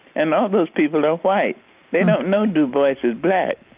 and all those people are white they don't know du bois is black.